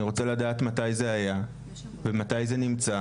אני רוצה לדעת מתי זה היה ומתי זה נמצא